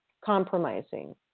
compromising